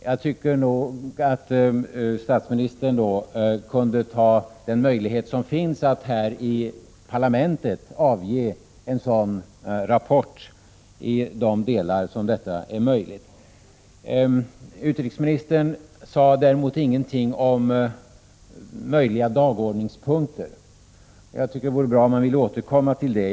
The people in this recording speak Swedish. Jag tycker att statsministern kunde ta den möjlighet som finns att här i parlamentet avge en sådan rapport i de delar detta är möjligt. Utrikesministern sade däremot ingenting om möjliga dagordningspunkter, och det vore bra om han ville återkomma till det.